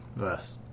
Yes